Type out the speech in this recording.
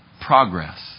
progress